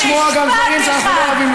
אל תהיו שבויים, בידי התדרוכים הצבאיים.